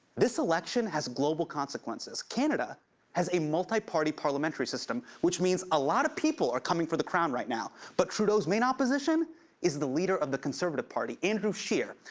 this election has global consequences. canada has a multi-party parliamentary system, which means a lot of people coming for the crown right now, but trudeau's main opposition is the leader of the conservative party, andrew scheer,